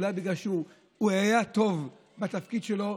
אולי בגלל שהוא היה טוב בתפקיד שלו,